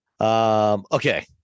Okay